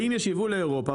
האם יש יבוא לאירופה?